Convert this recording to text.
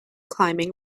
climbing